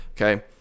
okay